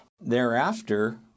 Thereafter